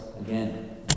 again